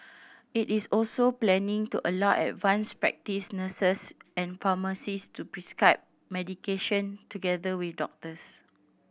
it is also planning to allow advanced practice nurses and pharmacist to prescribe medication together with doctors